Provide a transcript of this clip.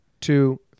two